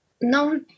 no